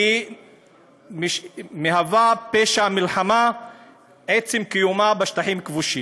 והיא מהווה פשע מלחמה בעצם קיומה בשטחים כבושים.